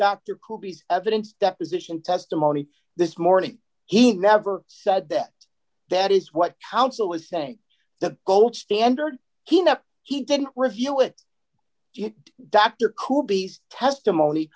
dr colby's evidence deposition testimony this morning he never said that that is what counsel was saying the gold standard he no he didn't review it dr koop beast testimony